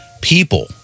people